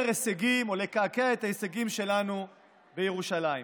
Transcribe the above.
ולקעקע את ההישגים שלנו בירושלים.